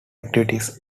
activities